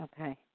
Okay